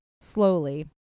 slowly